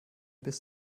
bis